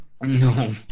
no